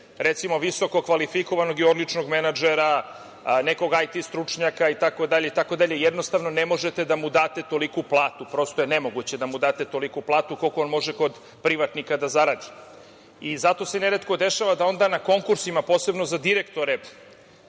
recimo, visoko kvalifikovanog i odličnog menadžera, nekog IT stručnjaka itd. Jednostavno, ne možete da mu date toliku platu, prosto je nemoguće da mu date toliku platu koliko on može kod privatnika da zaradi. Zato se neretko dešava da onda na konkursima, posebno za direktore